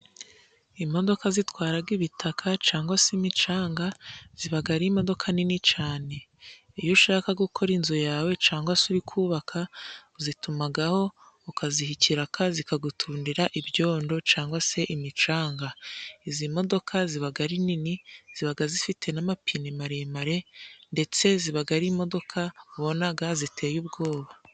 Imodoka zitwaraga ibitaka cangwa se imicanga zibaga ari imodoka nini cane, iyo ushaka gukora inzu yawe cangwa se uri kubaka uzitumagaho ukaziha ikiraka zikagutundira ibyondo cangwa se imicanga. Izi modoka zibaga ari nini zibaga zifite n'amapine maremare ndetse zibaga ari imodoka ubonaga ziteye ubwoba.